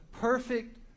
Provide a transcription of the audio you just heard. perfect